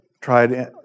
tried